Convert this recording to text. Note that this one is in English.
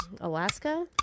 Alaska